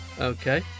Okay